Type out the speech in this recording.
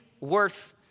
worth